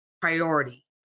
priority